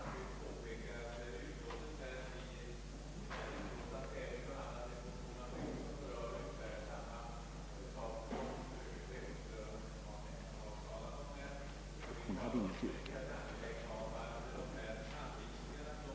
Herr talman! Jag har inte något yrkande.